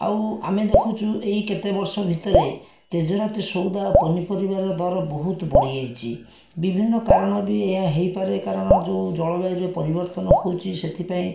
ଆଉ ଆମେ ଦେଖୁଛୁ ଏଇ କେତେ ବର୍ଷ ଭିତରେ ତେଜରାତି ସଉଦା ପନିପରିବାର ଦର ବହୁତ ବଢ଼ି ଯାଇଛି ବିଭିନ୍ନ କାରଣ ବି ଏହା ହେଇପାରେ କାରଣ ଯେଉଁ ଜଳବାୟୁରେ ପରିବର୍ତ୍ତନ ହଉଛି ସେଥିପାଇଁ